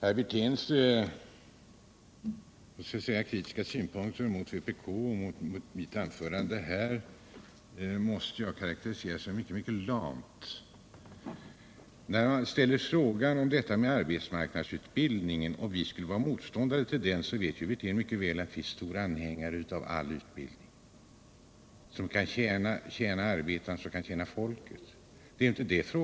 Nr 48 Herr talman! Rolf Wirténs kritik mot vpk och mot mitt anförande Tisdagen den här måste jag karakterisera som mycket lam. 13 december 1977 Rolf Wirtén frågade om vi är motståndare till arbetsmarknadsutbild= ningen. Rolf Wirtén vet mycket väl att vi är stora anhängare av all ut — Skyddat arbete och bildning som kan tjäna arbetarna och folket.